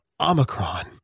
omicron